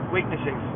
weaknesses